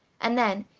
and then,